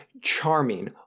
charming